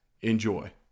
Enjoy